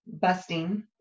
busting